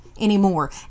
anymore